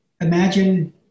imagine